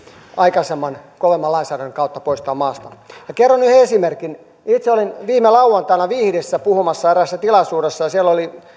aikaisempaa kovemman lainsäädännön kautta poistaa maasta minä kerron yhden esimerkin itse olin viime lauantaina vihdissä puhumassa eräässä tilaisuudessa ja siellä oli